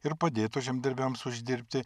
ir padėtų žemdirbiams uždirbti